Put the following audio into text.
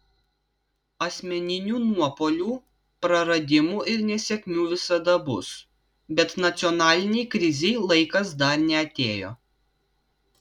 asmeninių nuopuolių praradimų ir nesėkmių visada bus bet nacionalinei krizei laikas dar neatėjo